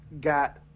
got